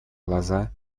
глаза